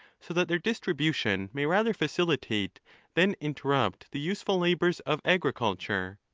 so that their distribution may rather facilitate than in. terrupt the useful labours of agriculture.